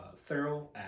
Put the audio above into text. Thorough